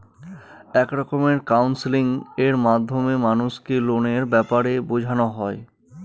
এক রকমের কাউন্সেলিং এর মাধ্যমে মানুষকে লোনের ব্যাপারে বোঝানো হয়